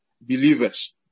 believers